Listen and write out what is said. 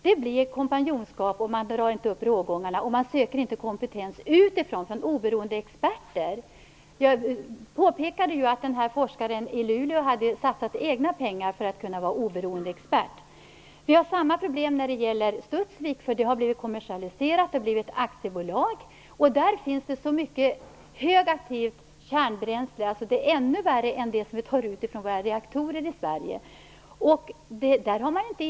Det blir ett kompanjonskap. Man drar inte upp rågångarna, och man söker inte kompetens utifrån från oberoende experter. Jag påpekade tidigare att forskaren i Luleå hade satsat egna pengar för att kunna vara oberoende expert. Vi har samma problem när det gäller Studsvik. Det har blivit kommersialiserat. Det blev ett aktiebolag. Där finns så mycket högaktivt kärnbränsle att det är ännu värre än det som vi tar ut från våra reaktorer i Sverige. Inte heller där har man insyn.